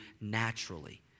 naturally